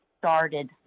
started